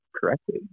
correctly